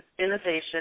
innovation